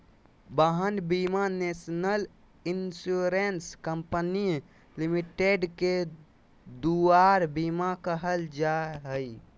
वाहन बीमा national insurance company limited के दुआर बीमा कहल जाहइ